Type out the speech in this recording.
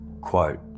Quote